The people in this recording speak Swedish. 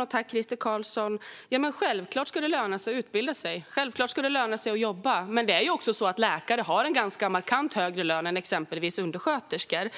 Herr talman! Självklart ska det löna sig att utbilda sig, och självklart ska det löna sig att jobba. Men det är ju också så att läkare har en ganska markant högre lön är exempelvis undersköterskor.